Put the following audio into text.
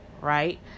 right